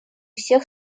всех